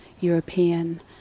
European